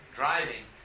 driving